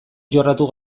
jorratu